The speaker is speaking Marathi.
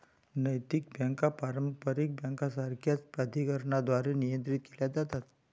नैतिक बँका पारंपारिक बँकांसारख्याच प्राधिकरणांद्वारे नियंत्रित केल्या जातात